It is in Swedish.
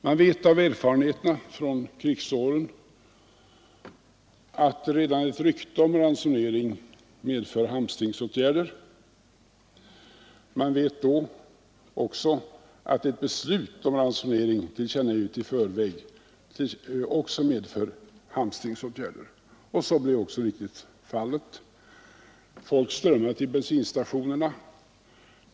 Man vet av erfarenheterna från krigsåren att redan ett rykte om ransonering medför hamstringsåtgärder. Man vet också att ett beslut om ransonering, tillkännagivet i förväg, medför hamstringseffekter. Så blev också mycket riktigt fallet. Folk strömmade till bensinstationerna.